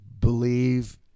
believe